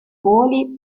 voli